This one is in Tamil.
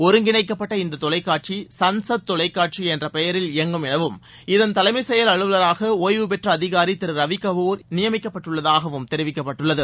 ஒருங்கிணைக்கப்பட்ட இந்த தொலைக்காட்சி சன்சத் தொலைக்காட்சி என்று பெயரில் இயங்கும் எனவும் இதன் தலைமை செயல் அலுவலராக ஒய்வு பெற்ற அதிகாரி திரு ரவி கபூர் நியமிக்கப்பட்டுள்ளதாகவும் தெரிவிக்கப்பட்டுள்ளது